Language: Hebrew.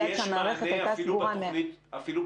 בגלל שהמערכת הייתה סגורה --- ולזה יש מענה בתוכנית שלכם?